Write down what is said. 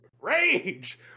Rage